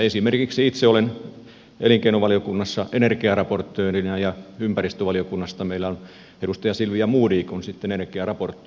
esimerkiksi itse olen elinkeinovaliokunnassa energiaraportöörinä ja ympäristövaliokunnassa on edustaja silvia modig energiaraportoija